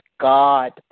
God